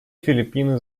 филиппины